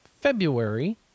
February